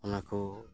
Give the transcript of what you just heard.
ᱚᱱᱟ ᱠᱚ